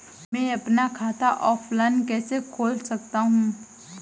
मैं अपना खाता ऑफलाइन कैसे खोल सकता हूँ?